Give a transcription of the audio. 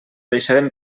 deixarem